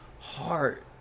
heart